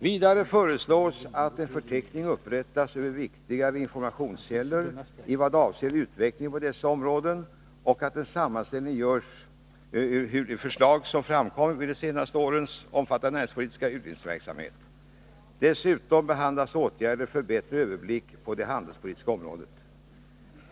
Vidare föreslås att en förteckning upprättas över viktigare informationskällor i vad avser utvecklingen på dessa områden och att en sammanställning görs ur de förslag som framkommit vid de senaste årens omfattande näringspolitiska utredningsverksamhet. Dessutom behandlas åtgärder för bättre överblick på det handelspolitiska området.